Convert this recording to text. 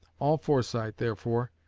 all foresight, therefore,